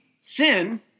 sin